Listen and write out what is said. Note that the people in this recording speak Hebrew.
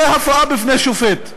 והבאה בפני שופט.